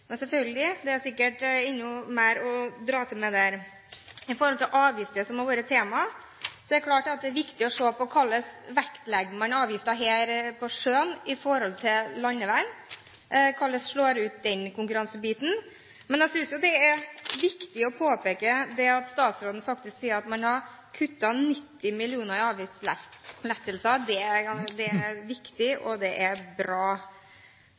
Men de har selvfølgelig sikkert enda mer å dra til med. Når det gjelder avgifter, som er temaet, er det klart at det er viktig å se på hvordan man vektlegger avgifter på sjøen i forhold til på landeveien – hvordan den konkurransen slår ut. Men jeg synes det er viktig å påpeke at statsråden faktisk sier at man har kuttet avgiftene med 90 mill. kr. Det er viktig, og det er bra. Jeg var inne på at dette er